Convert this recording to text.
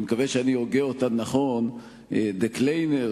אני מקווה שאני הוגה אותן נכון: דער קליינער,